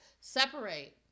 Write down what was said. separate